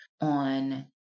on